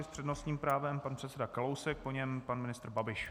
S přednostním právem pan předseda Kalousek, po něm pan ministr Babiš.